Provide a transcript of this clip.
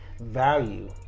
value